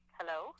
Hello